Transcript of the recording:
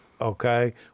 Okay